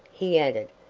he added,